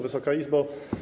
Wysoka Izbo!